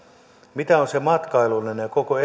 mitä on se matkailullinen ja koko